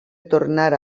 tornar